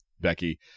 Becky